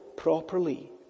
Properly